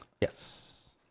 yes